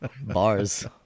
Bars